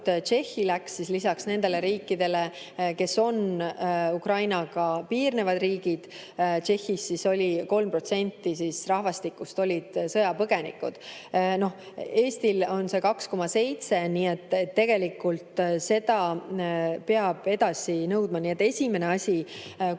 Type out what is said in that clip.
Tšehhi läks siis lisaks nendele riikidele, kes on Ukrainaga piirnevad riigid. Tšehhis oli 3% rahvastikust sõjapõgenikud. Eestil on see 2,7, nii et tegelikult seda peab edasi nõudma. Nii et [see on] esimene